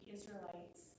Israelites